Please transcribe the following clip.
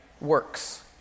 works